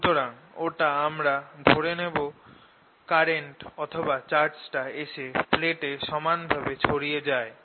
সুতরাং ওটা আমরা ধরে নেব কারেন্টচার্জটা এসে প্লেট এ সমান ভাবে ছড়িয়ে যায়